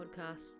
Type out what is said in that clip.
podcast